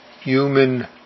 human